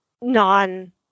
non